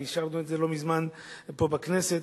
ואישרנו את זה לא מזמן פה בכנסת,